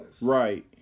Right